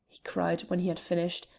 he cried when he had finished,